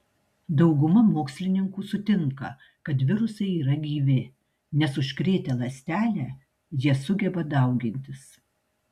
dauguma mokslininkų sutinka kad virusai yra gyvi nes užkrėtę ląstelę jie sugeba daugintis